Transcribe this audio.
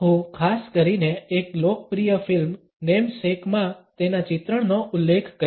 હું ખાસ કરીને એક લોકપ્રિય ફિલ્મ નેમેસેક માં તેના ચિત્રણનો ઉલ્લેખ કરીશ